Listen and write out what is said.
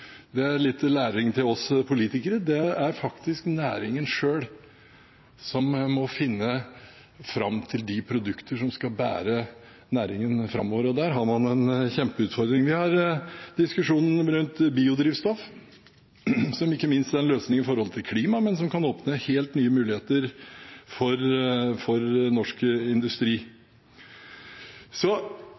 Det er litt læring til oss politikere, det er faktisk næringen selv som må finne fram til de produkter som skal bære næringen framover. Der har man en kjempeutfordring. Vi har diskusjonen rundt biodrivstoff, som ikke minst er en klimaløsning, men som også kan åpne helt nye muligheter for norsk industri. Så